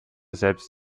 selbst